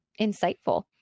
insightful